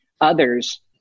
others